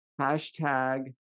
hashtag